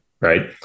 right